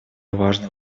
важным